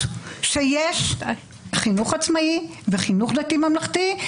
שיש חינוך עצמאי וחינוך דתי ממלכתי,